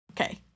Okay